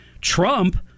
Trump